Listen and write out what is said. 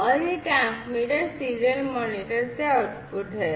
और यह transmitter serial monitor से आउटपुट है